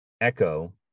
Echo